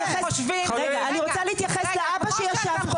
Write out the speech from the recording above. אני רוצה להתייחס לאבא שישב פה.